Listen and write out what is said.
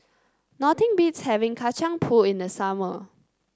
nothing beats having Kacang Pool in the summer